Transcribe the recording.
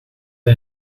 hij